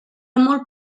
molt